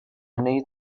need